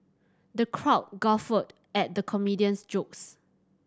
the crowd guffawed at the comedian's jokes